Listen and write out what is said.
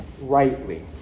rightly